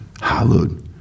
Hallowed